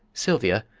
sylvia,